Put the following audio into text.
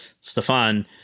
Stefan